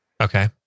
Okay